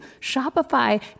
Shopify